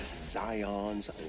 Zion's